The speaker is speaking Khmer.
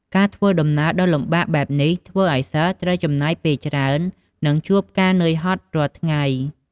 ការធ្វើដំណើរដ៏លំបាកបែបនេះ ធ្វើឲ្យសិស្សត្រូវចំណាយពេលច្រើន និងជួបការនឿយហត់រាល់ថ្ងៃ។